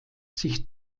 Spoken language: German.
sich